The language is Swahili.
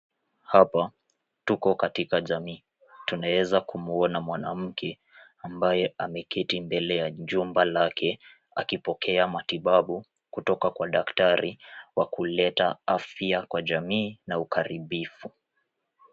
Hapa tuko katika jamii. Tunaweza kumuona mwanamke ambaye ameketi mbele ya jumba lake akipokea matibabu kutoka kwa daktari wa kuleta afya kwa jamii na ukaribifu.